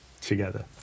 together